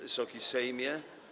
Wysoki Sejmie!